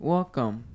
Welcome